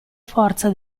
forza